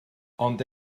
ond